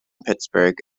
pittsburgh